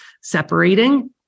separating